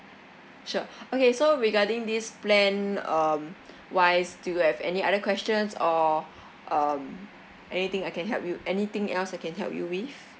sure okay so regarding this plan um wise do you have any other questions or um anything I can help you anything else I can help you with